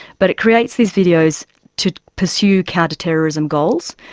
but it creates these videos to pursue counterterrorism goals.